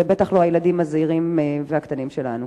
ובטח לא הילדים הזעירים והקטנים שלנו.